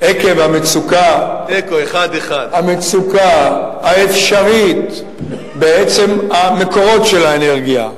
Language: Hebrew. תיקו 1:1. עקב המצוקה האפשרית בעצם המקורות של האנרגיה,